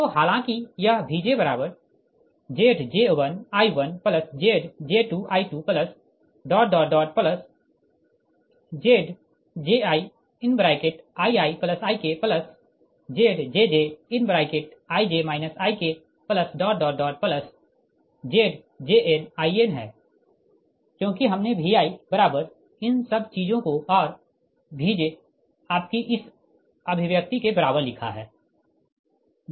तो हालांकि यह VjZj1I1Zj2I2ZjiIiIkZjjIj IkZjnIn है क्योंकि हमने Vi बराबर इन सब चीजों को और Vj आपकी इस अभिव्यक्ति के बराबर लिखा है